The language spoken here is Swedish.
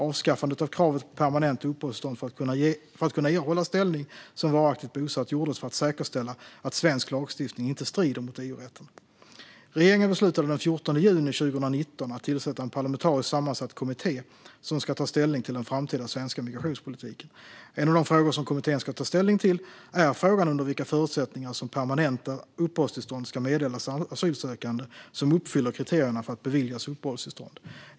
Avskaffandet av kravet på permanent uppehållstillstånd för att kunna erhålla ställning som varaktigt bosatt gjordes för att säkerställa att svensk lagstiftning inte strider mot EU-rätten. Regeringen beslutade den 14 juni 2019 att tillsätta en parlamentariskt sammansatt kommitté som ska ta ställning till den framtida svenska migrationspolitiken. En av de frågor som kommittén ska ta ställning till är under vilka förutsättningar permanenta uppehållstillstånd ska meddelas asylsökande som uppfyller kriterierna för att beviljas uppehållstillstånd.